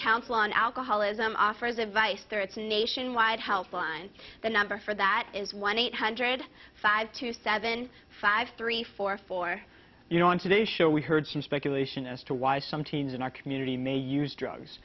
council on alcoholism offers advice there it's a nationwide house on the number for that is one eight hundred five to seven five three four four you know on today's show we heard some speculation as to why some teens in our community may use drugs